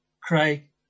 Craig